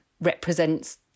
represents